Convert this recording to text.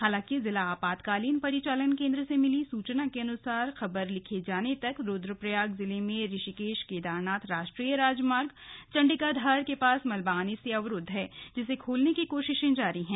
हालांकि जिला आपातकालीन परिचालन केंद्र से मिली सूचना के अनुसार खबर लिखे जाने तक रुद्रप्रयाग जिले में ऋषिकेश केदारनाथ राष्ट्रीय राजमार्ग चंडिकाधार के पास मलबा आने से अवरुद्ध है जिसे खोलने की कवायद जारी है